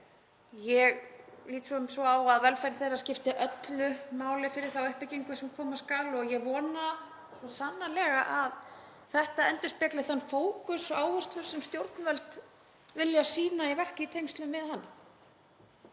Ég lít svo á að velferð þeirra skipti öllu máli fyrir þá uppbyggingu sem koma skal og ég vona svo sannarlega að þetta endurspegli þann fókus og áherslur sem stjórnvöld vilja sýna í verki í tengslum við hana